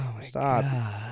Stop